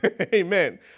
Amen